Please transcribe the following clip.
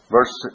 Verse